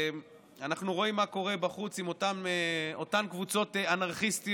אנחנו רואים מה קורה בחוץ עם אותן קבוצות אנרכיסטיות,